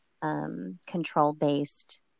control-based